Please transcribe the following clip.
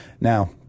Now